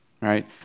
right